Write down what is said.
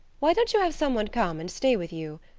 why don't you have some one come and stay with you?